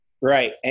Right